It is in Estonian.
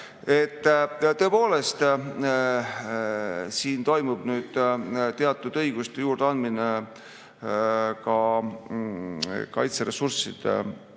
Tõepoolest, siin toimub nüüd teatud õiguste juurdeandmine. Lisaks Kaitseressursside